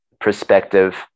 perspective